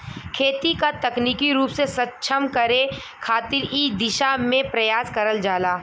खेती क तकनीकी रूप से सक्षम करे खातिर इ दिशा में प्रयास करल जाला